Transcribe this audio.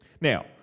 Now